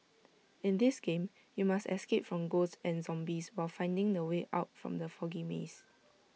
in this game you must escape from ghosts and zombies while finding the way out from the foggy maze